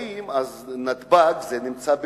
נתב"ג נמצא בלוד,